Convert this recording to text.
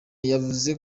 yavuze